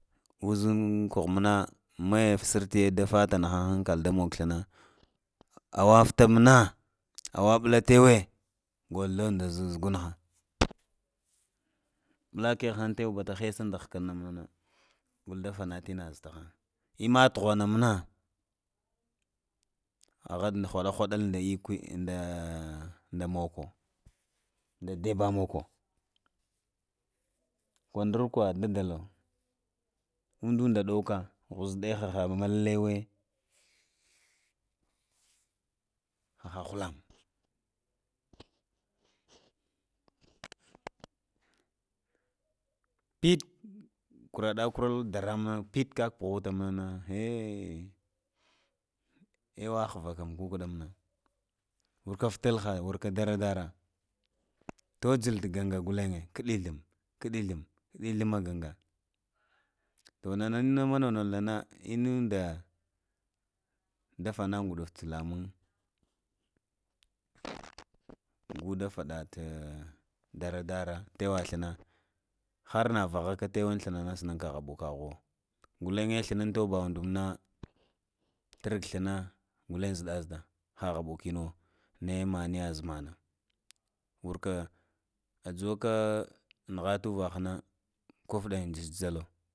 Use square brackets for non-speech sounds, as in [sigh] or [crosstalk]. Uzinə kuha muna maye da sərtaye da fata nahanŋ hankala da mugo thilana, awa futa muna, awaɓula təwə golo ɗ do zugunha oɓulakehe har tawe bada haisa ko uhkana munana gol da fata inna zu ta mahanŋ, imma thuha na munana mana ahaŋ huɗahaɗalda ekwe [hesitation] da mokvo da deba mokvo kwondorkwo dada to ondunda ɗowaka hazo ɗe hahaɗe malelewe, haha hulanŋ pəpe kuraɗa kuraɗə pipe haka purata manana həh həh, awae ghva na kukada manana fataba warka garagara, tagal tu ganga ghalenga ghlunŋ kiɗi ghlenŋ kəɗə ghlumŋma ganga, to nana mna mononauna inunda dafana gudufu to lamun go da faɗata dara dara təwə tayə thlano har havaka təwa tana na ha gh aɓukoho naye maniya uvan tu ghva ha na kuflin juhyalən,